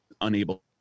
unable